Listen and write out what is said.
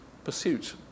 Pursuit